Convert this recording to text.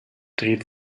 dreht